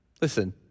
Listen